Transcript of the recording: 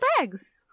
eggs